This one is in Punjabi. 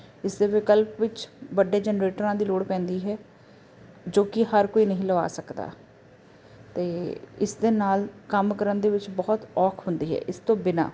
ਇਸਦੇ ਵਿਕਲਪ ਵਿੱਚ ਵੱਡੇ ਜਨਰੇਟਰਾਂ ਦੀ ਲੋੜ ਪੈਂਦੀ ਹੈ ਜੋ ਕਿ ਹਰ ਕੋਈ ਨਹੀਂ ਲਵਾ ਸਕਦਾ ਅਤੇ ਇਸ ਦੇ ਨਾਲ ਕੰਮ ਕਰਨ ਦੇ ਵਿੱਚ ਬਹੁਤ ਔਖ ਹੁੰਦੀ ਹੈ ਇਸ ਤੋਂ ਬਿਨਾਂ